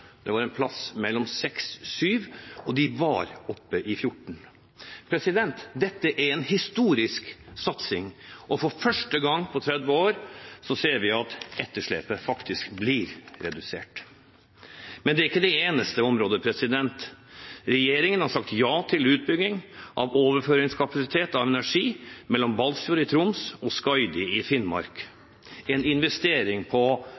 rød-grønne, var en plass mellom 6 og 7 pst., og de var oppe i 14 pst. Dette er en historisk satsing, og for første gang på 30 år ser vi at etterslepet faktisk blir redusert. Men det er ikke det eneste området. Regjeringen har sagt ja til utbygging av overføringskapasitet av energi mellom Balsfjord i Troms og Skaidi i Finnmark, en investering på